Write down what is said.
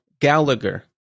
Gallagher